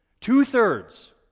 Two-thirds